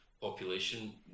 population